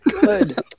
good